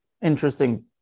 interesting